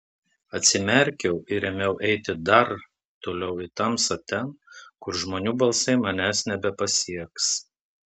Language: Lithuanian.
atsimerkiau ir ėmiau eiti dar toliau į tamsą ten kur žmonių balsai manęs nebepasieks